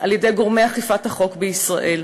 על-ידי גורמי אכיפת החוק בישראל.